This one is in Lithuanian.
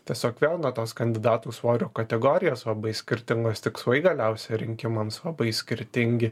tiesiog vėl na tos kandidatų svorio kategorijos labai skirtingos tikslai galiausiai rinkimams labai skirtingi